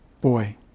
Boy